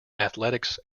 athletics